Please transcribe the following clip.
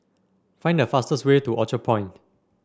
find the fastest way to Orchard Point